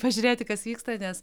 pažiūrėti kas vyksta nes